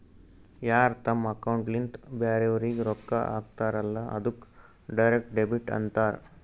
ಯಾರ್ ತಮ್ ಅಕೌಂಟ್ಲಿಂತ್ ಬ್ಯಾರೆವ್ರಿಗ್ ರೊಕ್ಕಾ ಹಾಕ್ತಾರಲ್ಲ ಅದ್ದುಕ್ ಡೈರೆಕ್ಟ್ ಡೆಬಿಟ್ ಅಂತಾರ್